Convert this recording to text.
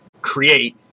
create